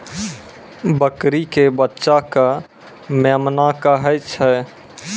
बकरी के बच्चा कॅ मेमना कहै छै